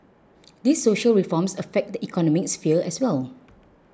these social reforms affect the economic sphere as well